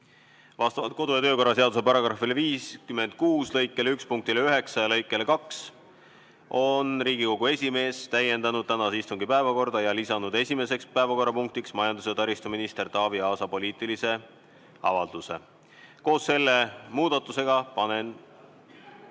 Vastavalt kodu- ja töökorra seaduse § 56 lõike 1 punktile 9 ja lõikele 2 on Riigikogu esimees täiendanud tänase istungi päevakorda ning lisanud esimeseks päevakorrapunktiks majandus- ja taristuminister Taavi Aasa poliitilise avalduse. Koos selle muudatusega panen ...